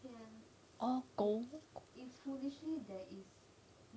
oh 苟